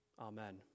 Amen